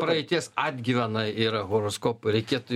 praeities atgyvena yra horoskopai reikėtų